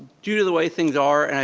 due to the way things are, and